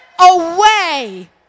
away